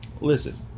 listen